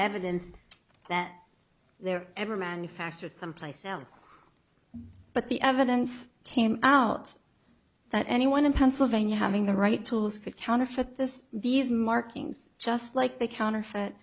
evidence that they're ever manufactured someplace else but the evidence came out that anyone in pennsylvania having the right tools could counterfeit this these markings just like they counterfeit